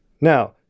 Now